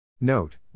Note